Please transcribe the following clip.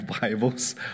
Bibles